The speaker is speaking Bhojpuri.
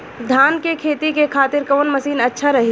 धान के खेती के खातिर कवन मशीन अच्छा रही?